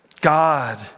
God